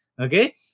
Okay